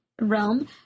realm